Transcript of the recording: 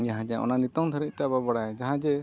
ᱡᱟᱦᱟᱸ ᱡᱮ ᱚᱱᱟ ᱱᱤᱛᱳᱜ ᱫᱷᱟᱹᱨᱤᱡᱛᱮ ᱵᱟᱵᱚ ᱵᱟᱲᱟᱭ ᱡᱟᱦᱟᱸ ᱡᱮ